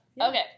Okay